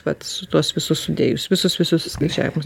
vat su tuos visus sudėjus visus visus skaičiavimus